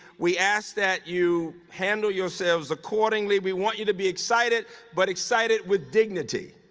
we ask that you handle yourselves accordingly. we want you to be excited but excited with dignity.